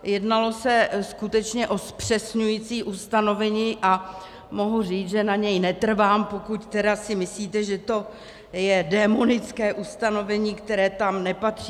Jednalo se skutečně o zpřesňující ustanovení a mohu říct, že na něm netrvám, pokud si myslíte, že to je démonické ustanovení, které tam nepatří.